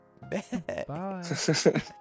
Bye